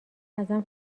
ازم